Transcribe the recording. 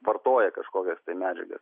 vartoja kažkokias medžiagas